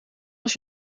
als